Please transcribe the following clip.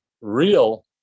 real